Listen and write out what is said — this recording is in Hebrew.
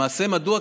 מדוע?